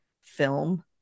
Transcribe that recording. film